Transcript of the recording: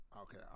Okay